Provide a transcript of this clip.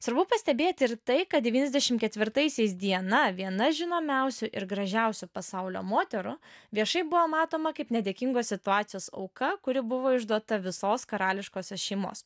svarbu pastebėti ir tai kad devyniasdešim ketvirtaisiais diana viena žinomiausių ir gražiausių pasaulio moterų viešai buvo matoma kaip nedėkingos situacijos auka kuri buvo išduota visos karališkosios šeimos